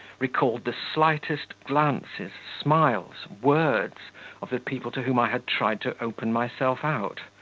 recalled the slightest glances, smiles, words of the people to whom i had tried to open myself out,